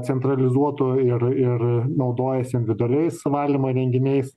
centralizuotų ir ir naudojasi individualiais valymo įrenginiais